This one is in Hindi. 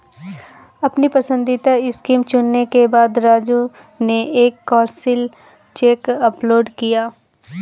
अपनी पसंदीदा स्कीम चुनने के बाद राजू ने एक कैंसिल चेक अपलोड किया